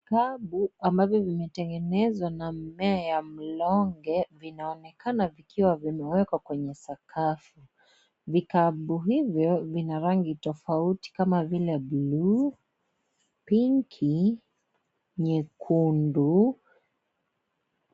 Vikabu ambavyo vimetengenezwa na mmea ya mlonge, vinaonekana vikiwa vimewekwa kwenye sakafu. Vikabu hivyo vina rangi tofauti kama vile buluu, pinki, nyekundu,